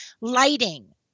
Lighting